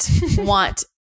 want